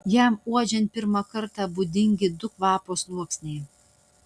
jam uodžiant pirmą kartą būdingi du kvapo sluoksniai